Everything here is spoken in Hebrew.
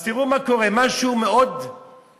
אז תראו מה קורה, משהו מאוד מפתיע.